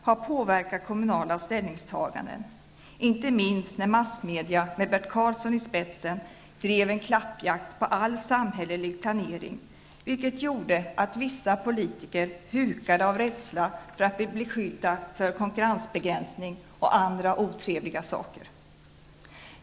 har påverkat kommunala ställningstaganden, inte minst när massmedia med Bert Karlsson i spetsen drev en klappjakt på all samhällelig planering, vilket gjorde att vissa politiker hukade av rädsla för att bli beskyllda för konkurrensbegränsning och andra otrevliga saker.